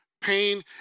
Pain